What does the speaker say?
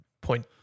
point